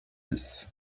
bis